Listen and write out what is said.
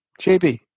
JB